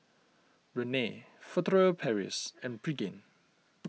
Rene Furtere Paris and Pregain